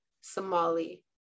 Somali